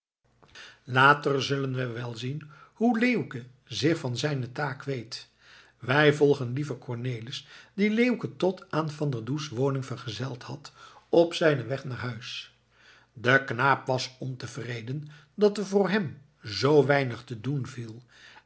later zullen we wel zien hoe leeuwke zich van zijne taak kweet wij volgen liever cornelis die leeuwke tot aan van der does woning vergezeld had op zijnen weg naar huis de knaap was ontevreden dat er voor hem zoo weinig te doen viel